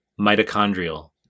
mitochondrial